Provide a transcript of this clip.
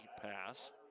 pass